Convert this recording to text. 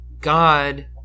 God